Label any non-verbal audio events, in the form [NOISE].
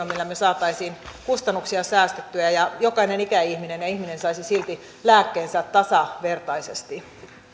[UNINTELLIGIBLE] millä me saisimme kustannuksia säästettyä ja jokainen ikäihminen ja ihminen saisi silti lääkkeensä tasavertaisesti